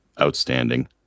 outstanding